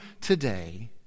today